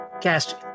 cast